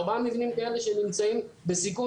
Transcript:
ארבעה מבנים כאלה שנמצאים בסיכון.